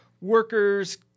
workers